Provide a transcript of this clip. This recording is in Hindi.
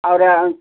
और